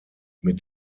mit